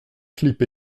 clip